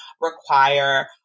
require